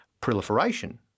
proliferation